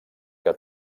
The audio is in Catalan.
que